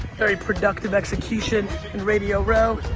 very productive execution in radio row.